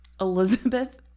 Elizabeth